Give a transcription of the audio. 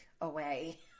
away